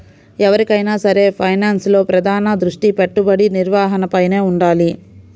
ఎవరికైనా సరే ఫైనాన్స్లో ప్రధాన దృష్టి పెట్టుబడి నిర్వహణపైనే వుండాలి